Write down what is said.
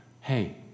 Hey